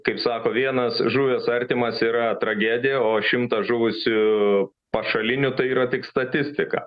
kaip sako vienas žuvęs artimas yra tragedija o šimtas žuvusių pašalinių tai yra tik statistika